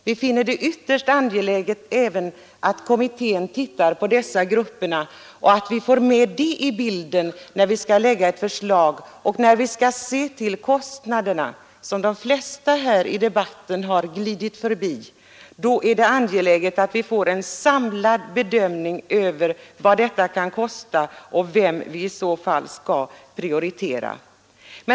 Vi finner det ytterst angeläget att kommittén tar upp även dessa grupper och att vi får med dem i bilden när vi skall lägga fram ett förslag, när vi skall studera kostnaderna, vilket de flesta här i debatten har glidit förbi. Då är det angeläget att vi får en samlad bedömning av kostnaderna och av vilka grupper som skall prioriteras.